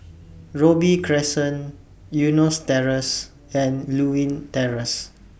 Robey Crescent Eunos Terrace and Lewin Terrace